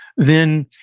then,